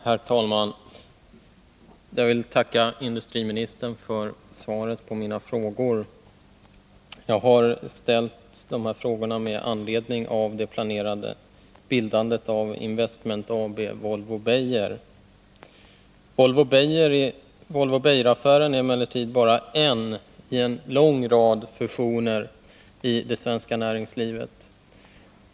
Herr talman! Jag ber att få tacka industriministern för svaren på mina frågor, som jag har ställt med anledning av det planerade bildandet av Investment AB Volvo-Beijer. Volvo-Beijeraffären är emellertid bara en fusion i en lång rad fusioner i det svenska näringslivet.